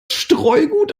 streugut